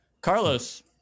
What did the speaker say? Carlos